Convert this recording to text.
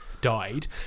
died